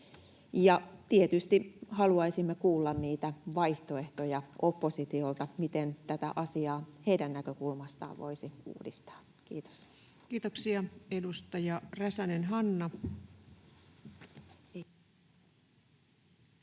tietysti haluaisimme kuulla oppositiolta niitä vaihtoehtoja, miten tätä asiaa heidän näkökulmastaan voisi uudistaa. — Kiitos. Kiitoksia. — Edustaja Räsänen, Hanna. Arvoisa